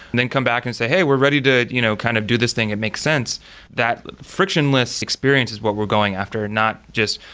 then come back and say, hey, we're ready to you know kind of do this thing. it makes sense that frictionless experience is what we're going after. not just,